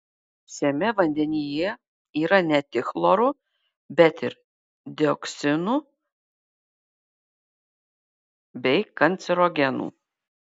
šiame vandenyje yra ne tik chloro bet ir dioksinu bei kancerogenų